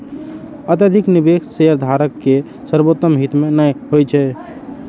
अत्यधिक निवेश शेयरधारक केर सर्वोत्तम हित मे नहि होइत छैक